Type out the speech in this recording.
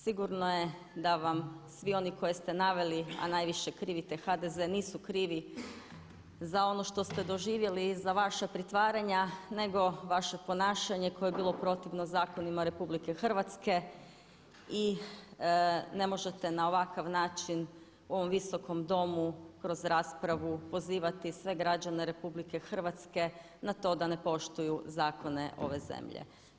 Sigurno je da vam svi oni koje ste naveli, a najviše krivite HDZ, nisu krivi za ono što ste doživjeli i za vaše pritvaranja nego vaše ponašanje koje je bilo protivno zakonima RH i ne možete na ovakav način u ovom Visokom domu kroz raspravu pozivati sve građane RH na to da ne poštuju zakone ove zemlje.